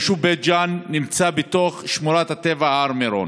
היישוב בית ג'ן נמצא בתוך שמורת הטבע הר מירון,